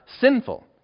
sinful